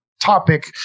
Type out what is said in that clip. topic